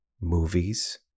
movies